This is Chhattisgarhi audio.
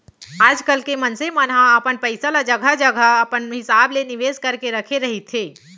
आजकल के मनसे मन ह अपन पइसा ल जघा जघा अपन हिसाब ले निवेस करके रखे रहिथे